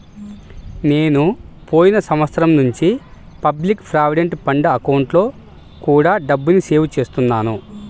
నేను పోయిన సంవత్సరం నుంచి పబ్లిక్ ప్రావిడెంట్ ఫండ్ అకౌంట్లో కూడా డబ్బుని సేవ్ చేస్తున్నాను